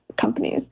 companies